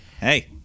hey